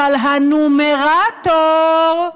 אבל הנומרטור,